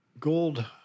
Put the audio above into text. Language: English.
Gold